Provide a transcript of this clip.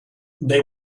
they